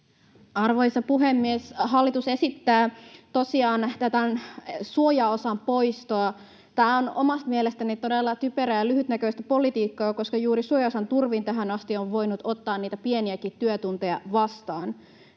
Arvoisa puhemies! Hallitus esittää tosiaan tämän suojaosan poistoa. Tämä on omasta mielestäni todella typerää ja lyhytnäköistä politiikkaa, koska juuri suojaosan turvin on tähän asti voinut ottaa niitä pieniäkin työtunteja vastaan.